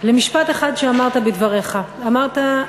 במשפט אחד שאמרת בדבריך, אמרת: